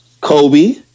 Kobe